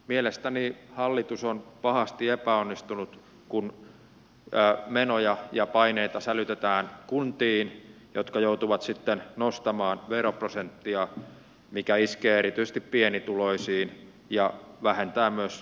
mielestäni hallitus on pahasti epäonnistunut kun menoja ja paineita sälytetään kuntiin jotka joutuvat sitten nostamaan veroprosenttia mikä iskee erityisesti pienituloisiin ja vähentää myös palveluja